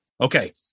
Okay